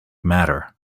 matter